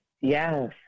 Yes